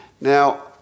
Now